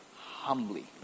humbly